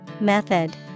Method